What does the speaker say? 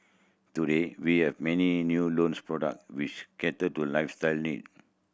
today we have many new loans product which cater to lifestyle need